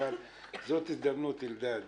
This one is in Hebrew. אבל זו הזדמנות, אלדד